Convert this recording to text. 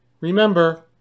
Remember